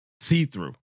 see-through